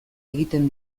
egiten